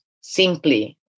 simply